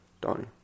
Donnie